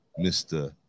mr